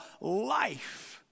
life